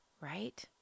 Right